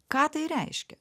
ką tai reiškia